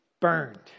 burned